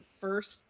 first